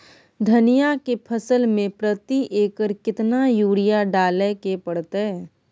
धनिया के फसल मे प्रति एकर केतना यूरिया डालय के परतय?